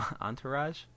Entourage